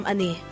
Ani